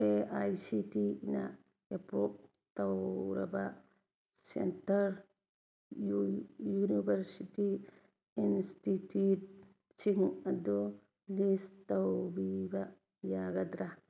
A I C T ꯏꯅ ꯑꯦꯄ꯭ꯔꯨꯕ ꯇꯧꯔꯕ ꯁꯦꯟꯇꯔ ꯌꯨꯅꯤꯕꯔꯁꯤꯇꯤ ꯏꯟꯁꯇꯤꯇ꯭ꯌꯨꯠꯁꯤꯡ ꯑꯗꯨ ꯂꯤꯁ ꯇꯧꯕꯤꯕ ꯌꯥꯒꯗꯔꯥ